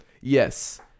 Yes